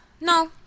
No